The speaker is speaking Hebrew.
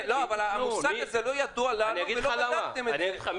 המושג הזה "לא ידוע לנו" כי לא בדקתם את זה.